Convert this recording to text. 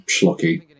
schlocky